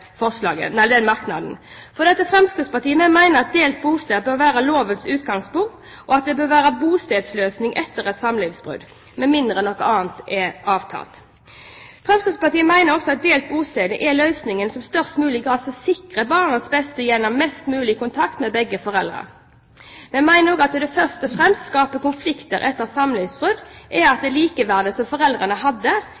den merknaden som er falt ut: Fremskrittspartiet mener at delt bosted bør være lovens utgangspunkt, og at det bør være bostedsdeling etter et samlivsbrudd med mindre noe annet er avtalt. Fremskrittspartiet mener også at delt bosted er løsningen som i størst mulig grad sikrer barnets beste gjennom mest mulig kontakt med begge foreldrene. Vi mener også at det som først og fremst skaper konflikter etter samlivsbrudd, er at